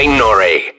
nori